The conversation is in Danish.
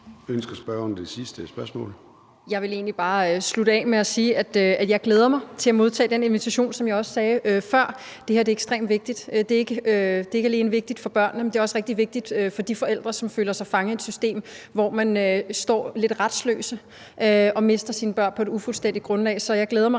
Ønsker spørgeren det sidste spørgsmål? Kl. 13:48 Mette Thiesen (DF): Jeg vil egentlig bare slutte af med at sige, at jeg glæder mig til at modtage den invitation, som jeg også sagde før. Det her er ekstremt vigtigt. Det er ikke alene vigtigt for børnene, men det er også rigtig vigtigt for de forældre, som føler sig fanget i et system, hvor man står lidt retsløs og mister sine børn på et ufuldstændigt grundlag. Så jeg glæder mig rigtig